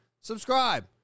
subscribe